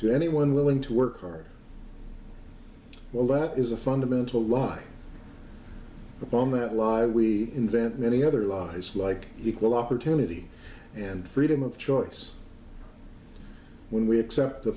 to anyone willing to work hard well that is a fundamental lie upon that live we invent many other lies like equal opportunity and freedom of choice when we accept the